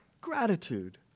gratitude